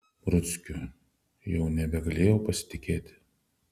ruckiu jau nebegalėjau pasitikėti